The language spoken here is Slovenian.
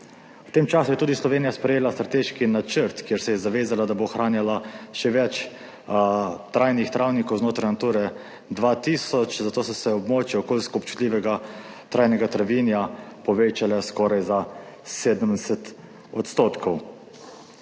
V tem času je tudi Slovenija sprejela strateški načrt, kjer se je zavezala, da bo ohranjala še več trajnih travnikov znotraj Nature 2000, zato so se območja okoljsko občutljivega trajnega travinja povečale skoraj za 70 %.